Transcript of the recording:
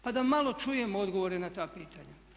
Pa da malo čujemo odgovore na ta pitanja.